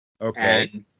Okay